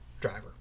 driver